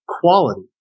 quality